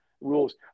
rules